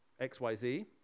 XYZ